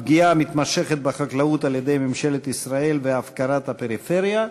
הפגיעה המתמשכת בחקלאות על-ידי ממשלת ישראל והפקרת הפריפריה.